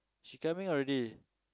she coming already